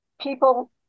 people